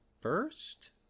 first